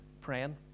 praying